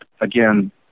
again